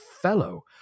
fellow